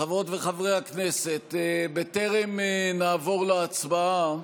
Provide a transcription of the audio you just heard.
חברות וחברי הכנסת, בטרם נעבור להצבעה,